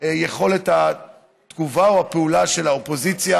יכולת התגובה או הפעולה של האופוזיציה.